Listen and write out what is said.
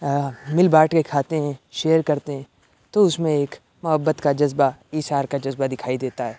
مل بانٹ کے کھاتے ہیں شیئر کرتے ہیں تو اس میں ایک محبت کا جذبہ ایثار کا جذبہ دکھائی دیتا ہے